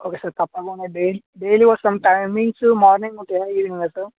okay sir తప్పకుండా daily daily వస్తాం timings morning ఉంటాయా ఈవినింగ్ ఉన్నాయా సార్